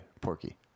porky